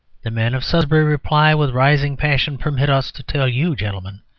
the men of sudbury reply with rising passion, permit us to tell you, gentlemen,